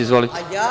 Izvolite.